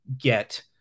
get